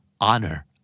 honor